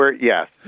Yes